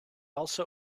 also